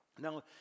Now